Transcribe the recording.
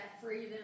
freedom